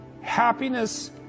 happiness